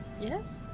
Yes